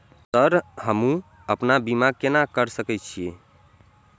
Sir हमू अपना बीमा केना कर सके छी?